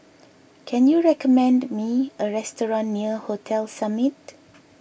can you recommend me a restaurant near Hotel Summit